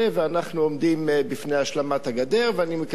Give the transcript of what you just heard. ואנחנו עומדים בפני השלמת הגדר ואני מקווה